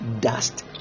dust